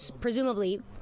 presumably